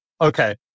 okay